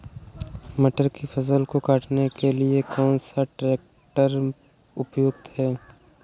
मटर की फसल को काटने के लिए कौन सा ट्रैक्टर उपयुक्त है?